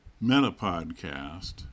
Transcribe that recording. meta-podcast